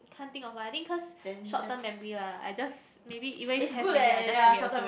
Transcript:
can't think of one I think cause short term memory lah I just maybe even if have maybe I just forget also